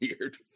weird